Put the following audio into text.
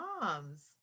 moms